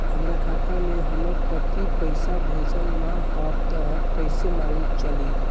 हमरा खाता में हमर पति पइसा भेजल न ह त कइसे मालूम चलि?